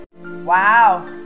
Wow